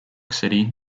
city